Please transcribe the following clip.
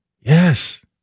Yes